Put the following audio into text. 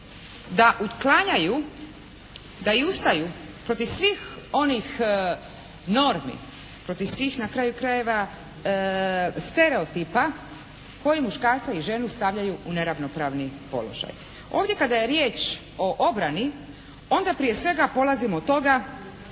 da uklanjaju, da ustaju protiv svih onih normi, protiv svih na kraju krajeva stereotipa koji muškarca i ženu stavljaju u neravnopravni položaj. Ovdje kada je riječ o obrani onda prije svega polazim od toga